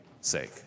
sake